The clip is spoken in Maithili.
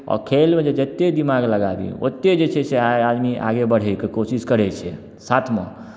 आओर खेलमे जे जतेक दिमाग लगाबी ओतेक जे छै से आगे आदमी आगे बढ़यके कोशिश करै छै साथमे